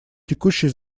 текущий